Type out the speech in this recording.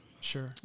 Sure